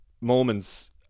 moments